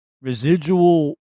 residual